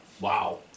Wow